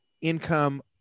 income